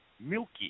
milky